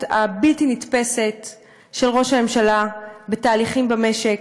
הבלתי-נתפסת של ראש הממשלה בתהליכים במשק,